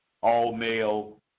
all-male